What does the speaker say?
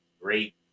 great